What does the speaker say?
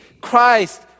Christ